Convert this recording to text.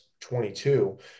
22